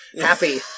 happy